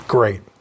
Great